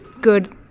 good